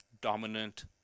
dominant